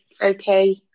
okay